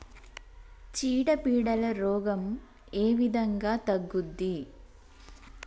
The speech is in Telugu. చీడ పీడల రోగం ఏ విధంగా తగ్గుద్ది?